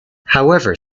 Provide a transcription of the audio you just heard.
however